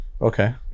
Okay